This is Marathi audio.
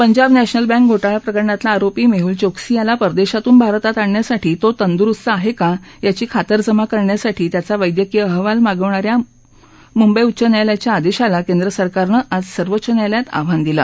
पंजाब नॅशनल बँक घोटाळा प्रकरणातला आरोपी मेहूल चोक्सी याला परदेशातून भारतात आणण्यासाठी तो तुंदुरुस्त आहे का याची खातरजमा करण्याकरता त्याचा वैद्यकीय अहवाल मागवणा या मुंबई उच्च न्यायालयाच्या आदेशाला केंद्रसरकारनं आज सर्वोच्च न्यायालयात आव्हान दिलं